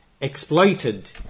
exploited